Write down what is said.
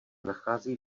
nachází